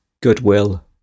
goodwill